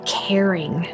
caring